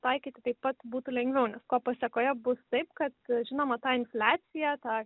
taikyti taip pat būtų lengviau nes kuo pasekoje bus taip kad žinoma tą infliaciją tą